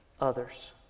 others